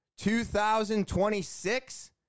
2026